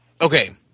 Okay